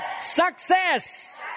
Success